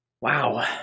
Wow